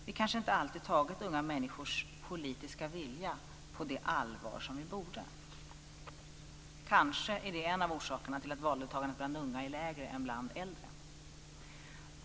Vi har kanske inte alltid tagit unga människors politiska vilja på det allvar som vi borde. Kanske är det en av orsakerna till att valdeltagandet bland unga är lägre än bland äldre.